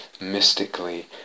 mystically